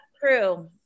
true